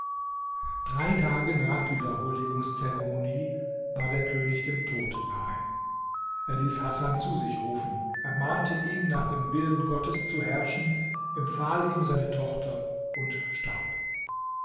drei tage nach dieser huldigungs zeremonie war der könig dem tod nahe er ließ hasan zu sich rufen ermahnte ihn nach dem willen gottes zu herrschen empfahl ihm seine tochter und starb